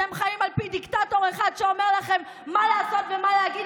אתם חיים על פי דיקטטור אחד שאומר לכם מה לעשות ומה להגיד,